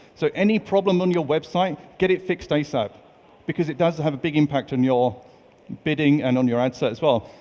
so any problem on your website, get it fixed asap because it does have a big impact on your bidding and on your ad set as well.